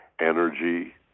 energy